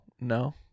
No